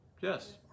Yes